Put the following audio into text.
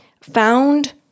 found